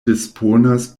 disponas